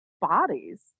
bodies